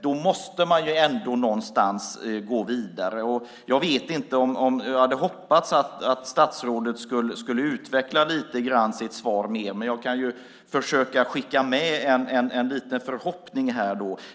Därför måste man på något sätt gå vidare. Jag hade hoppats att statsrådet skulle utveckla sitt svar lite mer, men jag kan väl ändå försöka skicka med en liten förhoppning.